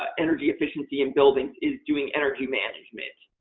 ah energy efficiency in buildings is doing energy management.